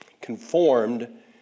Conformed